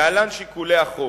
להלן שיקולי החוק: